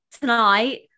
Tonight